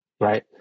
Right